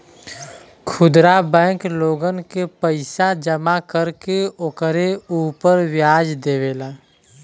खुदरा बैंक लोगन के पईसा जमा कर के ओकरे उपर व्याज देवेला